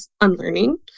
unlearning